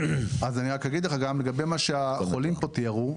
אז אני רק אגיד לגבי מה שהחולים פה תיארו,